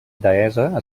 deessa